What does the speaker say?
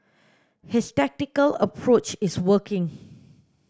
his tactical approach is working